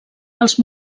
els